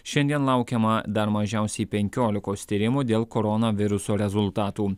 šiandien laukiama dar mažiausiai penkiolikos tyrimų dėl koronaviruso rezultatų